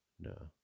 No